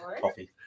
coffee